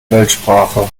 weltsprache